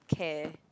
care